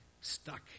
stuck